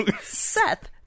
Seth